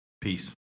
Peace